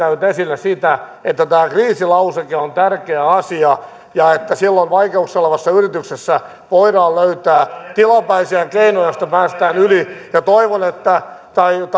esillä sitä että tämä kriisilauseke on tärkeä asia ja että silloin vaikeuksissa olevassa yrityksessä voidaan löytää tilapäisiä keinoja joilla päästään yli ja toivon niin kuin